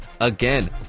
again